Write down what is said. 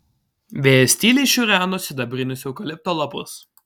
vėjas tyliai šiureno sidabrinius eukalipto lapus